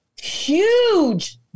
huge